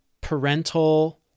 parental